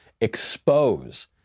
expose